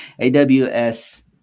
AWS